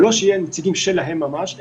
לא שיהיו נציגים שלהם ממש,